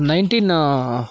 nineteen